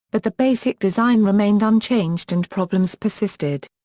but the basic design remained unchanged and problems persisted.